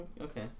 okay